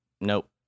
Nope